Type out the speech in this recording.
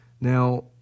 Now